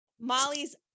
Molly's